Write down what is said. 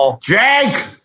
Jake